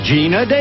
Gina